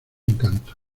encanto